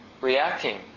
reacting